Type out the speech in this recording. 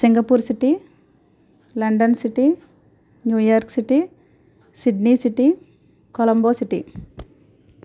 Singapore city London city New York City Sydney city Colombo city